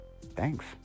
thanks